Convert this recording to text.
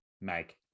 make